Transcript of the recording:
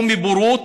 או מבורות